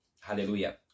Hallelujah